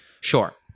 Sure